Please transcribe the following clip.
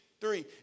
Three